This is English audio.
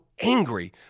angry